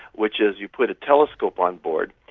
which is you put a telescope on board,